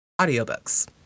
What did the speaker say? Audiobooks